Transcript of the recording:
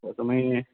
তুমি